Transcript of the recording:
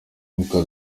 uwitwa